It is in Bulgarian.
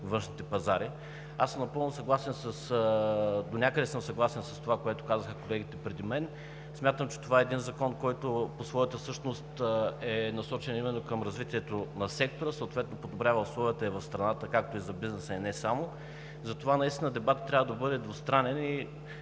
външните пазари. Аз съм съгласен донякъде с това, което казаха колегите преди мен. Смятам, че това е закон, който по своята същност е насочен именно към развитието на сектора и съответно подобрява условията в страната както за бизнеса и не само. Затова наистина дебатът трябва да бъде двустранен и